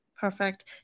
Perfect